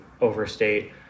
overstate